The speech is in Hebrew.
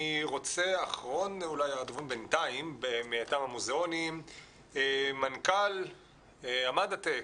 אחרון הדוברים מטעם המוזיאונים, מנכ"ל המדעטק,